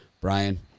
Brian